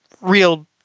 real